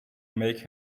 make